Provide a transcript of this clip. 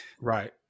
Right